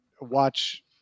watch